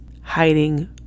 hiding